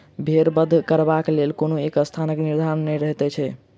भेंड़ बध करबाक लेल कोनो एक स्थानक निर्धारण नै रहैत छै